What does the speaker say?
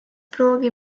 pruugi